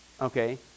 okay